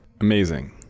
Amazing